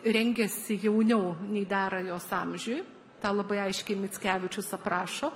rengėsi jauniau nei dera jos amžiui tą labai aiškiai mickevičius aprašo